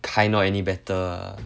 kyle not any better ah